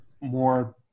more